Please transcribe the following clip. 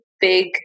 big